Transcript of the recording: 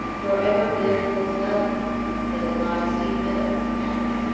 nor ever wind blows loudly but it lies deep-meadowed, happy,